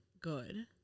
good